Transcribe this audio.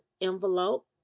envelope